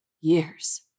Years